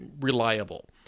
reliable